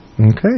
Okay